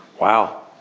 Wow